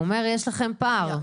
הוא אומר: יש לכם פער.